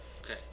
Okay